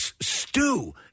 stew